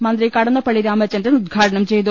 മന്ത്രി കടന്നപ്പള്ളി രാമചന്ദ്രൻ ഉദ്ഘാടനം ചെയ്തു